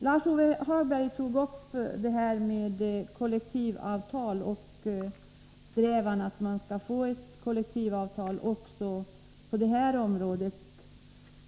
Lars-Ove Hagberg tog upp frågorna om kollektivavtal och strävan att man skall få till stånd ett kollektivavtal också på det här området.